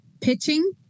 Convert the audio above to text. pitching